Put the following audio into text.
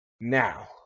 Now